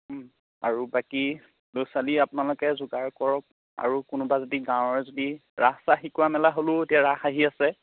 আৰু বাকী ল'ৰা ছোৱালী আপোনালোকে যোগাৰ কৰক আৰু কোনোবা যদি গাঁৱৰে যদি ৰাস চাস শিকোৱা মেলা হ'লেও এতিয়া ৰাস আহি আছে